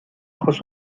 ojos